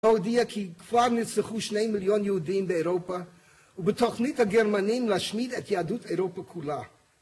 להודיע כי כבר נרצחו שני מיליון יהודים באירופה ובתוכנית הגרמנים לשמיד את יהדות אירופה כולה.